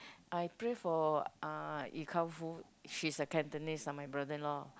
I pray for uh she's a Cantonese ah my brother-in-law